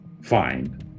fine